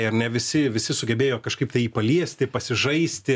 ar ne visi visi sugebėjo kažkaip tai jį paliesti pasižaisti